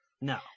No